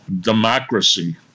democracy